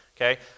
okay